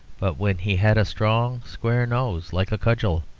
but when he had a strong, square nose like a cudgel,